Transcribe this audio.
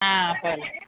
ആ ശരി